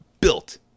built